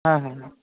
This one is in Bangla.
হ্যাঁ হ্যাঁ হ্যাঁ